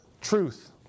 truth